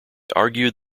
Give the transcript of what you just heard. argued